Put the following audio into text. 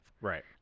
Right